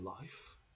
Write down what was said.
life